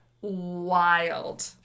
wild